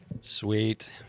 Sweet